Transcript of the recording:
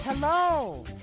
Hello